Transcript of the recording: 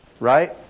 right